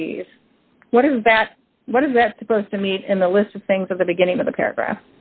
the what is that what is that supposed to meet in the list of things at the beginning of the